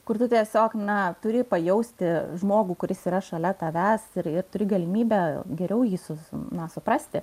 kur tu tiesiog na turi pajausti žmogų kuris yra šalia tavęs ir ir turi galimybę geriau jį su su na suprasti